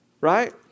Right